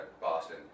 Boston